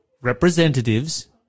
representatives